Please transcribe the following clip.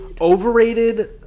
Overrated